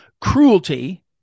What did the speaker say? cruelty